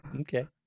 okay